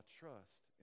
trust